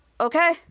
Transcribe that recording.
Okay